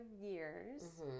years